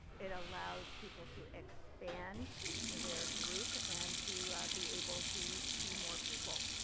it allows people to expand their group and to be able to see more people.